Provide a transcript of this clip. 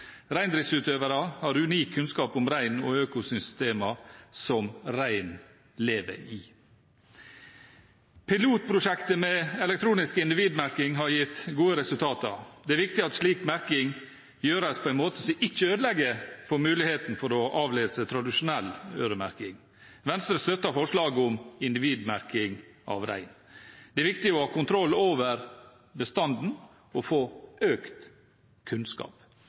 Reindriftsutøvere har unik kunnskap om rein og økosystemer som rein lever i. Pilotprosjektet med elektronisk individmerking har gitt gode resultater. Det er viktig at slik merking gjøres på en måte som ikke ødelegger for muligheten til å avlese tradisjonell øremerking. Venstre støtter forslaget om individmerking av rein. Det er viktig å ha kontroll over bestanden og få økt kunnskap.